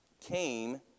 came